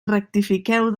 rectifiqueu